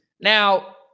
now